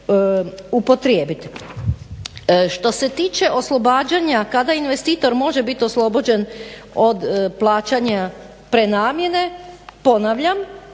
upotrijebiti. Što se tiče oslobađanja kada investitor može biti oslobođen od plaćanja prenamjene ponavljam